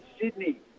Sydney